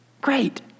Great